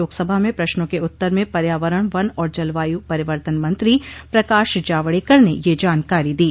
लोकसभा में प्रश्नों के उत्तर में पर्यावरण वन और जलवायु परिवर्तन मंत्री प्रकाश जावड़ेकर ने यह जानकारी दी